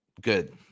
Good